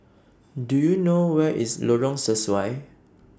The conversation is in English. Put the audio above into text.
Do YOU know Where IS Lorong Sesuai